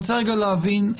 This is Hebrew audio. הוא עובר מיד ליד עם